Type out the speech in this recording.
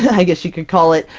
i guess you could call it,